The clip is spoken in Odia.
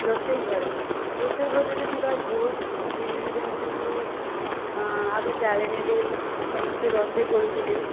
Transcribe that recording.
ରୋଷେଇ ଘର ରୋଷେଇ ଘରରେ ଥିବା ବହୁତ ଜିନିଷ ଯେମିତିକି ଆଗ ଜାଳେଣିରେ ସମସ୍ତେ ରୋଷେଇ କରୁଥିଲେ